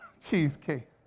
Cheesecake